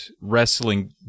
wrestling